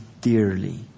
dearly